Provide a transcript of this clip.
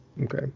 Okay